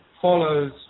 follows